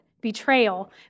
betrayal